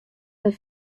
wer